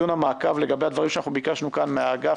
דיון המעקב לגבי הדברים שביקשנו כאן מהאגף,